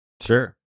Sure